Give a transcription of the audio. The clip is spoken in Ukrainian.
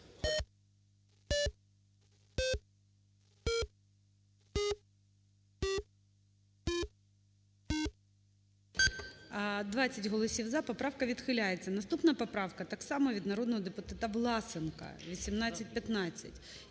13:49:47 За-20 Поправка відхиляється. Наступна поправка - так само від народного депутата Власенка, 1815.